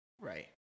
Right